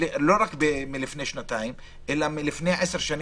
לא רק מלפני שנתיים אלא מלפני עשר שנים,